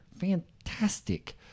fantastic